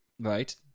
right